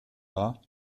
war